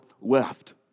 left